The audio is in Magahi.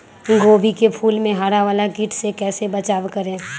गोभी के फूल मे हरा वाला कीट से कैसे बचाब करें?